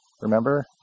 remember